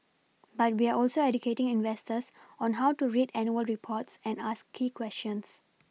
but we're also educating investors on how to read annual reports and ask key questions